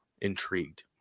intrigued